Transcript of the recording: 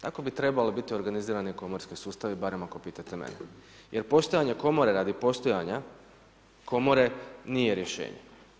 Tako bi trebali biti organizirani komorski sustavi, barem ako pitate mene jer postojanje komore radi postojanja komore, nije rješenje.